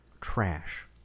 Trash